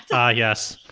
ah yes,